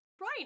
Right